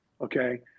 Okay